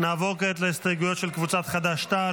נעבור כעת להסתייגויות של קבוצת חד"ש-תע"ל.